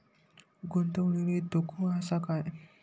गुंतवणुकीत धोको आसा काय?